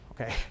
okay